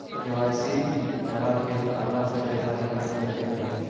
KYC करा के खाता से पैसा निकल सके हय?